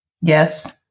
Yes